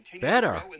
Better